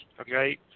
okay